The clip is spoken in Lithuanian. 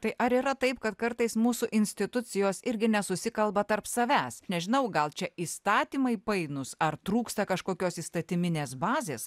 tai ar yra taip kad kartais mūsų institucijos irgi nesusikalba tarp savęs nežinau gal čia įstatymai painūs ar trūksta kažkokios įstatyminės bazės